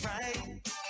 right